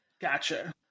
Gotcha